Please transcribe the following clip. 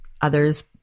others